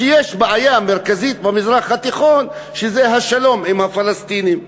שיש בעיה מרכזית במזרח התיכון שזה השלום עם הפלסטינים.